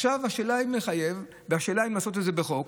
עכשיו השאלה היא אם לחייב והשאלה היא אם לעשות את זה בחוק.